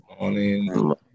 Morning